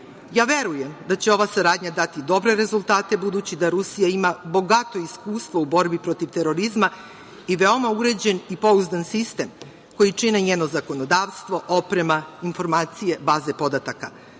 zakonom. Verujem da će ova saradnja dati dobre rezultate, budući da Rusija ima bogato iskustvo u borbi protiv terorizma i veoma uređen i pouzdan sistem koji čine njeno zakonodavstvo, oprema, informacije, baze podataka,